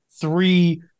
three